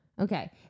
Okay